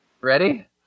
Ready